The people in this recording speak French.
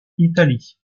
italie